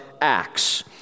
Acts